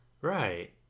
Right